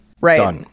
Right